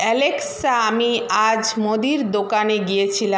Alexa আমি আজ মুদির দোকানে গিয়েছিলাম